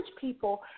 people